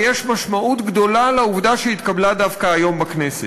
ויש משמעות גדולה לעובדה שהיא התקבלה דווקא היום בכנסת.